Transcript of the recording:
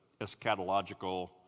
eschatological